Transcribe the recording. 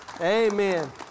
amen